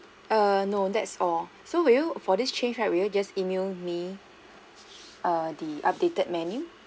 err no that's all so will you for this change right will you just email me err the updated menu